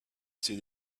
see